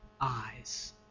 eyes